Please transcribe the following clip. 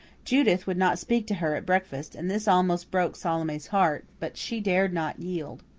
judith would not speak to her at breakfast, and this almost broke salome's heart but she dared not yield.